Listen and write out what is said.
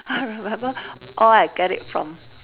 I remember all I get it from